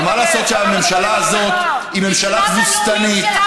אבל מה לעשות שהממשלה הזאת היא ממשלה תבוסתנית,